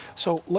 so, like